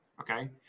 Okay